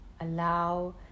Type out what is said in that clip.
Allow